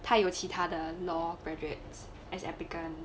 他有其他的 law graduates as applicant